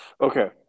Okay